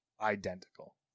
identical